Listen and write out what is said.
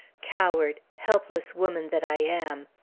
coward, helpless woman that i am!